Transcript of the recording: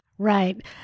Right